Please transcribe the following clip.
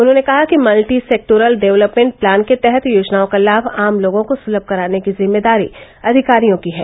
उन्होंने कहा कि मल्टी सेक्टोरल डेवलपमेण्ट प्लान के तहत योजनाओं का लाभ आम लोगों को सुलभ कराने की जिम्मेदारी अधिकारियों की है